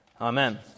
Amen